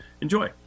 enjoy